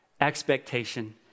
expectation